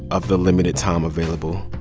of the limited time available